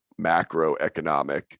macroeconomic